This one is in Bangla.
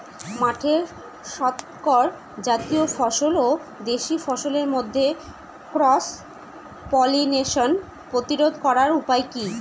মাঠের শংকর জাতীয় ফসল ও দেশি ফসলের মধ্যে ক্রস পলিনেশন প্রতিরোধ করার উপায় কি?